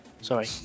Sorry